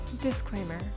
Disclaimer